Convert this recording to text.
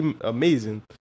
amazing